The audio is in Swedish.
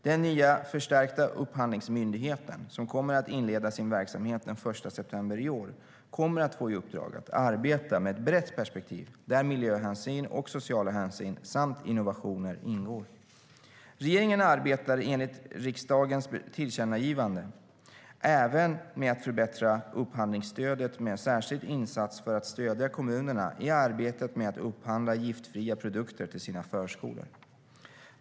Den nya förstärkta Upphandlingsmyndigheten, som kommer att inleda sin verksamhet den 1 september i år, kommer att få i uppdrag att arbeta med ett brett perspektiv där miljöhänsyn och sociala hänsyn samt innovationer ingår. Regeringen arbetar enligt riksdagens tillkännagivande även med att förbättra upphandlingsstödet med en särskild insats för att stödja kommunerna i arbetet med att upphandla giftfria produkter till sina förskolor.